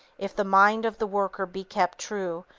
if the mind of the worker be kept true,